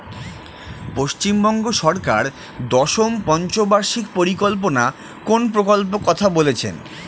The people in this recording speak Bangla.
পশ্চিমবঙ্গ সরকার দশম পঞ্চ বার্ষিক পরিকল্পনা কোন প্রকল্প কথা বলেছেন?